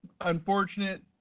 unfortunate